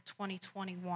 2021